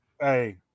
Hey